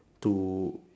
to